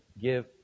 give